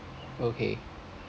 okay